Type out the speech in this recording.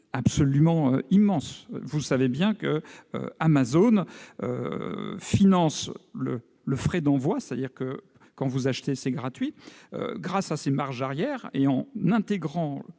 absolument immense. Vous le savez bien, Amazon finance les frais d'envoi- quand vous achetez, c'est gratuit -, grâce à ses marges arrière, en intégrant